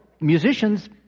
musicians